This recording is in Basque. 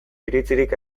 iritzirik